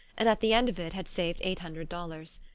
and at the end of it had saved eight hundred dollars.